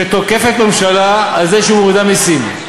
שתוקפת ממשלה על זה שהיא מורידה מסים.